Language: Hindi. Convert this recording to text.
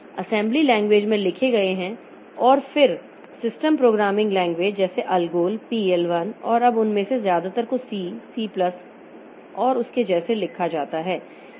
असेंबली लैंग्वेज में लिखे गए हैं और फिर सिस्टम प्रोग्रामिंग लैंग्वेज जैसे अल्गोल पीएल 1 और अब उनमें से ज्यादातर को सी सी प्लस और उसके जैसे लिखा जाता है